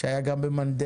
שהיה גם במנדל.